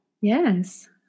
yes